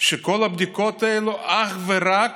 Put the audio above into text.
שכל הבדיקות האלה הן אך ורק